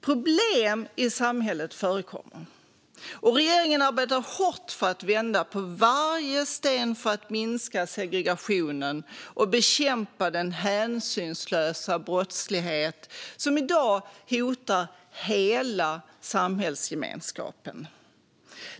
Problem i samhället förekommer, och regeringen arbetar hårt för att vända på varje sten för att minska segregationen och bekämpa den hänsynslösa brottslighet som i dag hotar hela samhällsgemenskapen.